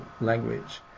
language